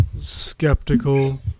Skeptical